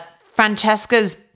Francesca's